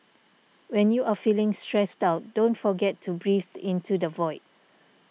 when you are feeling stressed out don't forget to breathe into the void